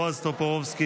בועז טופורובסקי,